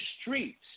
streets